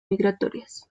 migratorias